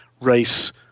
race